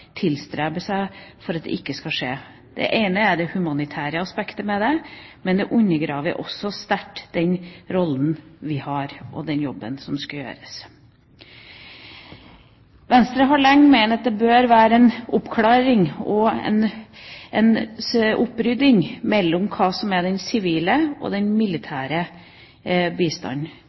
tilstrebe ikke skal skje. Det ene er det humanitære aspektet ved det, men det undergraver også sterkt den rollen vi har, og den jobben som skal gjøres. Venstre har lenge ment at det bør være en oppklaring av og en opprydding i hva som er den sivile, og hva som er den militære bistanden.